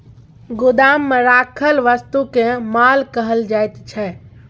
गोदाममे राखल वस्तुकेँ माल कहल जाइत छै